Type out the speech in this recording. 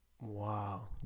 Wow